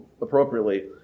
appropriately